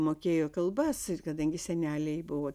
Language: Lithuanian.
mokėjo kalbas kadangi seneliai buvo